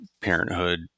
parenthood